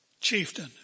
chieftain